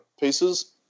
pieces